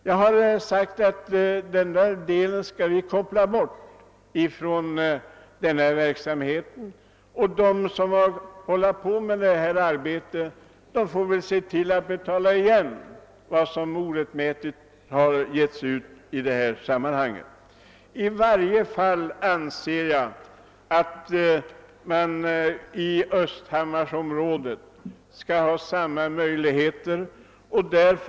Jag har i min motion sagt att vi skall koppla bort den delen från denna verksamhet och att de som arbetat med detta får se till att de kan betala igen vad som givits ut orättmätigt i detta sammanhang. I varje fall anser jag att människor i Östhammarsområdet skall ha samma möjligheter som andra.